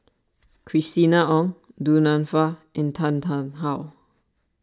Christina Ong Du Nanfa and Tan Tarn How